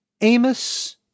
Amos